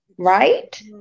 Right